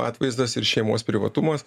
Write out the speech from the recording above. atvaizdas ir šeimos privatumas